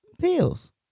pills